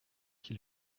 qui